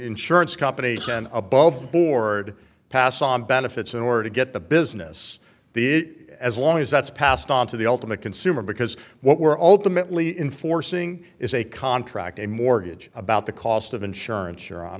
insurance companies and above board pass on benefits in order to get the business as long as that's passed on to the ultimate consumer because what we're ultimately in forcing is a contract a mortgage about the cost of insurance your hon